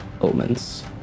omens